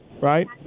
right